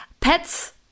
pets